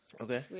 Okay